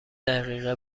دقیقه